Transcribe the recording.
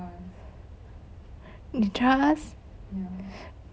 they trial us